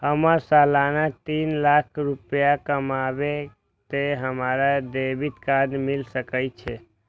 हमर सालाना तीन लाख रुपए कमाबे ते हमरा क्रेडिट कार्ड मिल सके छे?